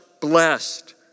blessed